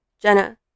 Jenna